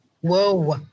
whoa